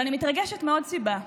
אבל אני מתרגשת מעוד סיבה.